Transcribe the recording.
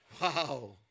Wow